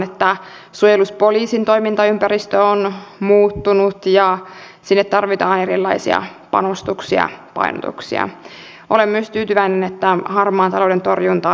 kaikki ilmoitukset viranomaisille eläkelaitoksille ja muille tarpeellisille tahoille on voitava antaa sähköisesti ja keskitetysti